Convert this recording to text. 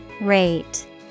Rate